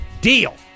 deal